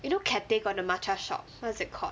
you know cathay got the matcha shop what is that called